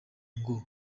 ngo